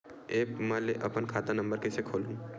App म ले अपन खाता नम्बर कइसे खोलहु?